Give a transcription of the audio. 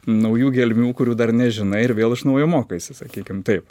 naujų gelmių kurių dar nežinai ir vėl iš naujo mokaisi sakykim taip